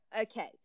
okay